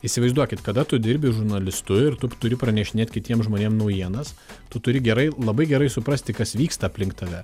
įsivaizduokit kada tu dirbi žurnalistu ir tu turi pranešinėt kitiem žmonėm naujienas tu turi gerai labai gerai suprasti kas vyksta aplink tave